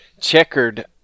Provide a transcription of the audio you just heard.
checkered